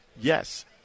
yes